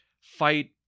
fight